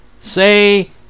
say